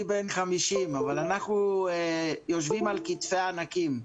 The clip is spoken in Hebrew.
אני בן 50. אנחנו יושבים על כתפי ענקים.